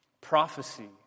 Prophecy